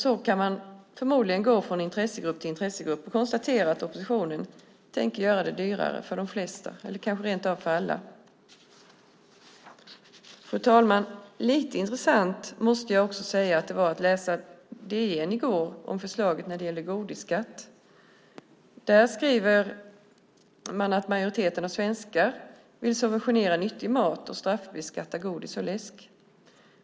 Så kan man förmodligen gå från intressegrupp till intressegrupp och konstatera att oppositionen tänker göra det dyrare för de flesta, eller kanske rent av för alla. Fru talman! Jag måste säga att det också var lite intressant att läsa DN i går om förslaget om godisskatt. Där skriver man att majoriteten av svenskarna vill subventionera nyttig mat och straffbeskatta godis och läsk.